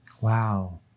Wow